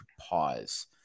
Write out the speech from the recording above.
pause